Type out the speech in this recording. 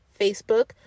Facebook